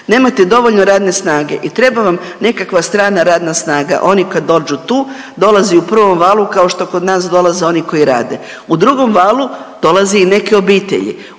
nemate dovoljno radne snage i treba vam nekakva strana radna snaga oni kad dođu tu, kao što kod nas dolaze oni koji rade. U drugom valu dolaze i neke obitelji.